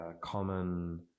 common